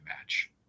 match